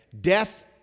Death